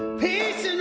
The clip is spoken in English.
page